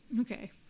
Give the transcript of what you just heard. okay